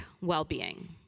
well-being